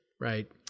right